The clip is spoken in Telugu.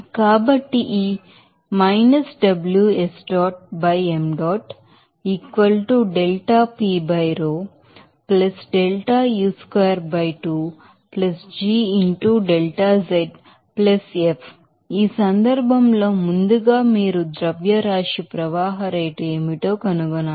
కాబట్టి ఈ ఈ సందర్భంలో ముందుగా మీరు మాస్ ఫ్లో రేట్ ఏమిటో కనుగొనాలి